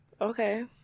Okay